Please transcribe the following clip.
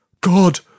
God